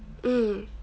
mm